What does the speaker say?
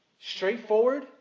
straightforward